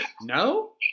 No